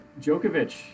Djokovic